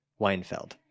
Weinfeld